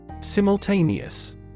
Simultaneous